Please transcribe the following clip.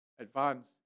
advance